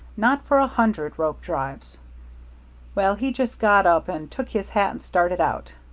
not for a hundred rope drives well, he just got up and took his hat and started out.